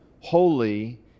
holy